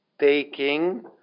taking